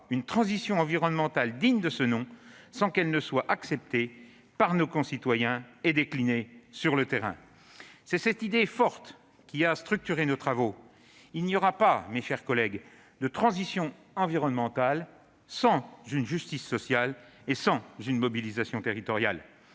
une transition environnementale digne de ce nom sans qu'elle soit acceptée par nos concitoyens et déclinée sur le terrain. C'est cette idée forte qui a structuré nos travaux : il n'y aura pas de transition environnementale sans justice sociale et sans mobilisation territoriale,